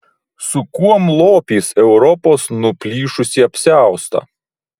su kuom lopys europos nuplyšusį apsiaustą